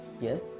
Yes